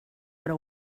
però